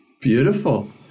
beautiful